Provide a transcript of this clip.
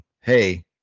Hey